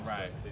Right